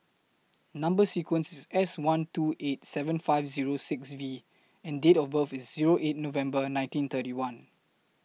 Number sequence IS S one two eight seven five Zero six V and Date of birth IS Zero eight November nineteen thirty one